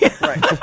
Right